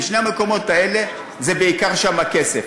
ושני מקומות האלה, זה בעיקר שם, הכסף.